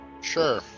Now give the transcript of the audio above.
Sure